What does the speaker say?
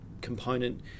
component